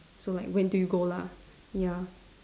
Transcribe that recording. so like when do you go lah ya